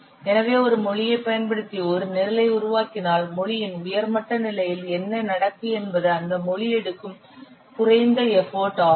எனவே ஒரு மொழியைப் பயன்படுத்தி ஒரு நிரலை உருவாக்கினால் மொழியின் உயர் மட்ட நிலையில் என்ன நடக்கும் என்பது அந்த மொழி எடுக்கும் குறைந்த எஃபர்ட் ஆகும்